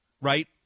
right